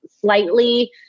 slightly